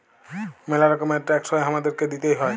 ম্যালা রকমের ট্যাক্স হ্যয় হামাদেরকে দিতেই হ্য়য়